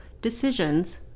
decisions